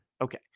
Okay